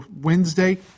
Wednesday